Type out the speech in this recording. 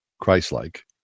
Christ-like